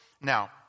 Now